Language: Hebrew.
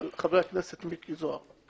אבל חבר הכנסת מיקי זוהר,